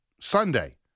Sunday